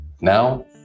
Now